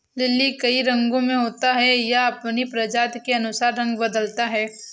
lily कई रंगो में होता है, यह अपनी प्रजाति के अनुसार रंग बदलता है